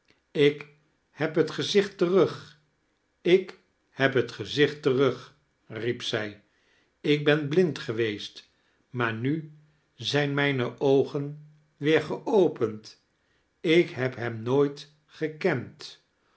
ik heb het gezichit terug ik heb het gezioht terug riep zij ik ben blind geweest maar nu zijn mijne oogen weer geopend ik heb hem nooit gekend